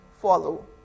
follow